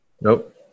Nope